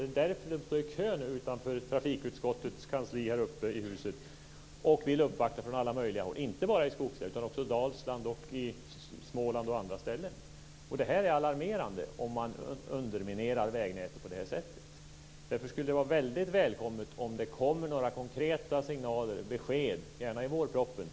Det är därför man nu står i kö utanför trafikutskottets kansli här uppe i huset och vill uppvakta från alla möjliga håll. Det gäller inte bara skogslänen, utan även Dalsland, Småland och andra ställen. Det är alarmerande om man underminerar vägnätet på det här sättet. Därför skulle det vara väldigt välkommet med några konkreta signaler och besked, gärna i vårpropositionen.